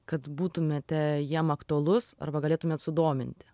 kad būtumėte jiem aktualus arba galėtumėt sudominti